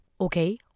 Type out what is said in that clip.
Okay